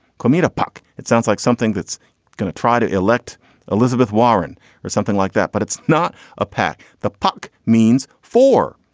komeito pork. it sounds like something that's going to try to elect elizabeth warren or something like that. but it's not a pat the puck means for.